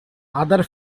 other